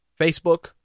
Facebook